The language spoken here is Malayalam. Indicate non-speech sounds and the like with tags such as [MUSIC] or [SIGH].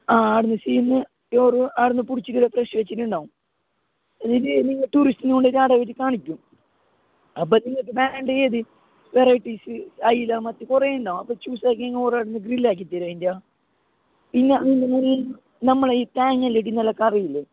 ആ ആടെന്നു സീന്ന് പ്യുവർ ആടെന്നു പുടിച്ചിട്ട് ഇങ്ങനെ ഫ്രഷ് വെച്ചിട്ടുണ്ടാവും എന്നിട്ട് നിങ്ങൾ ടൂറിസ്റ്റിനെ കൊണ്ടുപോയി ആടെക്കൊണ്ടുപോയിക്കാണിക്കും അപ്പോൾ നിങ്ങൾക്ക് വേണ്ടിയത് വെറൈറ്റീസ് അയല മത്തി കുറെയുണ്ടാവും അപ്പോൾ ചൂസാക്കിയാ നിങ്ങൾക്ക് ഓരോന്ന് ഗ്രിൽ ആക്കിത്തരും അതിൻ്റെ പിന്നെ [UNINTELLIGIBLE] നമ്മുളെയീ തേങ്ങയെല്ലാം ഇട്ടിട്ട് കറിയില്ലേ